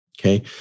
Okay